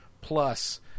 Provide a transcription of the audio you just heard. Plus